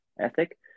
ethic